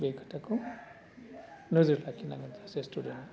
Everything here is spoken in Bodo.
बे खोथाखौ नोजोर लाखि नांगोन सासे स्टुडेन्टया